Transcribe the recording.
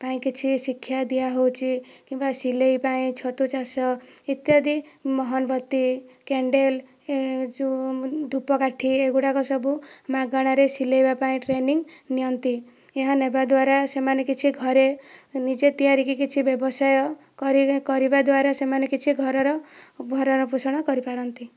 ପାଇଁ କିଛି ଶିକ୍ଷା ଦିଆ ହେଉଛି କିମ୍ବା ସିଲେଇ ପାଇଁ ଛତୁ ଚାଷ ଇତ୍ୟାଦି ମହମବତୀ କ୍ୟାଣ୍ଡେଲ ଯେଉଁ ଧୂପକାଠି ଏଗୁଡ଼ାକ ସବୁ ମାଗଣାରେ ସିଲେଇବା ପାଇଁ ଟ୍ରେନିଙ୍ଗ ନିଅନ୍ତି ଏହା ନେବା ଦ୍ୱାରା ସେମାନେ କିଛି ଘରେ ନିଜେ ତିଆରି କି କିଛି ବ୍ୟବସାୟ କରି କରିବା ଦ୍ୱାରା ସେମାନେ କିଛି ଘରର ଭରଣ ପୋଷଣ କରିପାରନ୍ତି